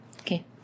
Okay